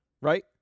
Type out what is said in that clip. right